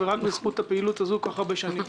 רק בזכות הפעילות הזו כל כך הרבה שנים.